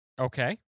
Okay